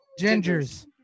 gingers